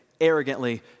arrogantly